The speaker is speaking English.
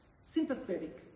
sympathetic